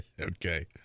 Okay